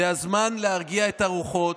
זה הזמן להרגיע את הרוחות.